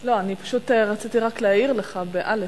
לא, אני פשוט רציתי רק להאיר לך, באל"ף,